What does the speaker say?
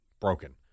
broken